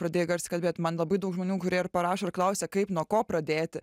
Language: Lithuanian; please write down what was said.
pradėjai garsiai kalbėt man labai daug žmonių kurie ir parašo ir klausia kaip nuo ko pradėti